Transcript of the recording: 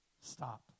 Stop